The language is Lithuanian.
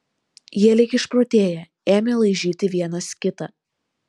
jie lyg išprotėję ėmė laižyti vienas kitą